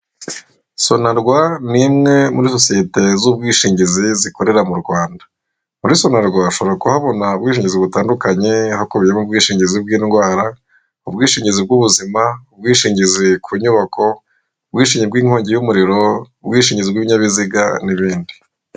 Sonarwa ni imwe muri sosiyete z'ubwishingizi zikorera mu Rwanda. Muri sonarwa ushobora kuhabona ubwishingizi butandukanye, hakubiyemo ubwishingizi bw'indwara, ubwishingizi bw'ubuzima, ubwishingizi ku nyubako, ubwishingi bw'inkongi y'umuriro, ubwishingi bw'ibinyabiziga n'ibindi.